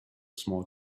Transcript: small